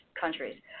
countries